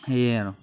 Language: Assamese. সেয়ে আৰু